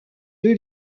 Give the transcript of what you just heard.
deux